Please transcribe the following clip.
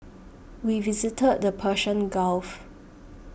we visited the Persian Gulf